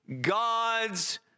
God's